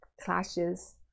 clashes